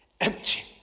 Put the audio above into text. empty